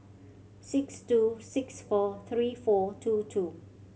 six two six four three four two two